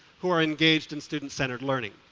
who are engaged in student centered learning.